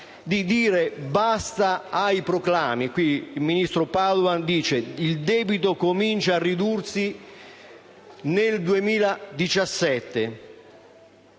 di dire basta ai proclami. Il ministro Padoan afferma: «Il debito comincia a ridursi nel 2017»;